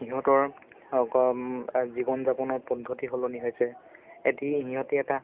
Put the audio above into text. সিহঁতৰ জীৱন যাপনৰ পদ্ধতি সলনি হৈছে এটি সিহঁতে এটা